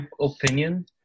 opinion